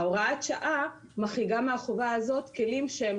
הוראת השעה מחריגה מהחובה הזאת כלים שהם